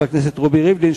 חבר הכנסת רובי ריבלין,